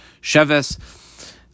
Sheves